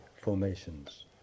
formations